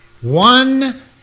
one